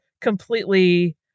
completely